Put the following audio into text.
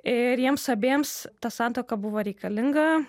ir jiems abiems ta santuoka buvo reikalinga